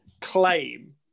claim